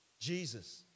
Jesus